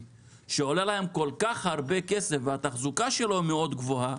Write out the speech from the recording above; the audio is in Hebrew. שעולה להם כל כך הרבה כסף והתחזוקה שלו מאוד גבוהה,